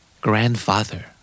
grandfather